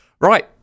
Right